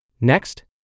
Next